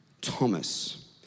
Thomas